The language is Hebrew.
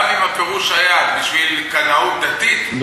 גם עם הפירוש היה בשביל קנאות דתית,